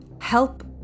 Help